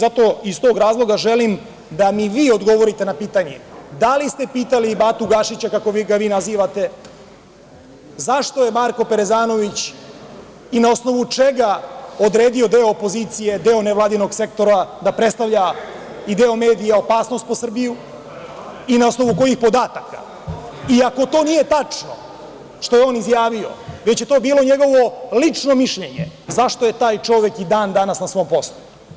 Zato, iz tog razloga želim da mi vi odgovorite na pitanje – da li ste pitali Batu Gašića, kako ga vi nazivate, zašto je Marko Parezanović, i na osnovu čega, odredio deo opozicije, deo nevladinog sektora, da predstavlja, i deo medija, opasnost po Srbiju i na osnovu kojih podataka, i ako to nije tačno što je on izjavio, već je to bilo njegovo lično mišljenje, zašto je taj čovek i dan danas na svom poslu?